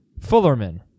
Fullerman